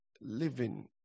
living